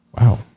Wow